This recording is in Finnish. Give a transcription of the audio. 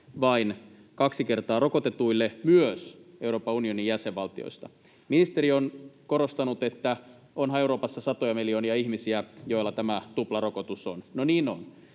vain kaksi kertaa rokotetuille myös Euroopan unionin jäsenvaltioista. Ministeri on korostanut, että onhan Euroopassa satoja miljoonia ihmisiä, joilla tämä tuplarokotus on. No niin on,